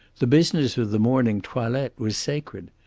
the business of the morning toilette was sacred.